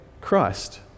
Christ